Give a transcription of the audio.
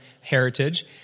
Heritage